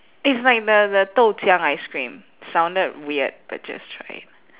it's like the the 豆浆 ice cream sounded weird but just try